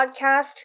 podcast